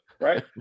right